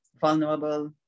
vulnerable